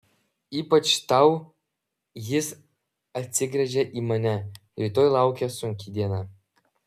ypač tau jis atsigręžia į mane rytoj laukia sunki diena